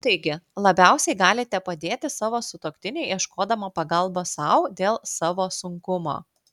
taigi labiausiai galite padėti savo sutuoktiniui ieškodama pagalbos sau dėl savo sunkumo